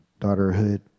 daughterhood